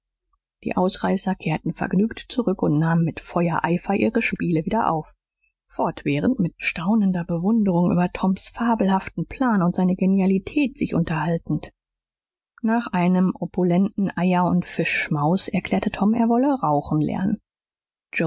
die ausreißer kehrten vergnügt zurück und nahmen mit feuereifer ihre spiele wieder auf fortwährend mit staunender bewunderung über toms fabelhaften plan und seine genialität sich unterhaltend nach einem opulenten eier und fischschmaus erklärte tom er wolle rauchen lernen